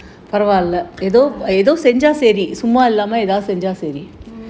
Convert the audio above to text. ya mm